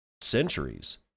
centuries